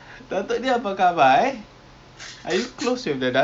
but I mean okay lah so maknya consider good lah doctor